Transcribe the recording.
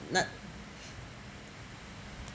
that